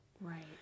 Right